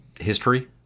history